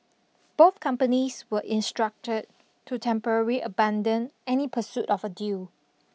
both companies were instructed to temporary abandon any pursuit of a deal